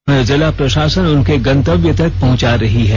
उन्हें जिला प्रशासन उनके गंतव्य तक पहुंचा रही है